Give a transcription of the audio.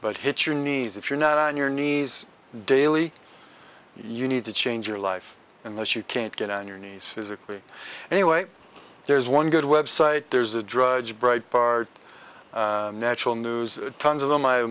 but hit your knees if you're not on your knees daily you need to change your life and that you can't get on your knees physically anyway there's one good website there's the drudge breitbart natural news tons of them i